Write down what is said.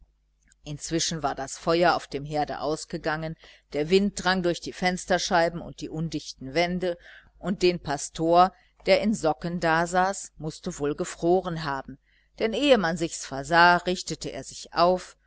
inzwischen war das feuer auf dem herde ausgegangen der wind drang durch die fensterscheiben und die undichten wände und den pastor der in socken dasaß mußte wohl gefroren haben denn ehe man sichs versah richtete er sich auf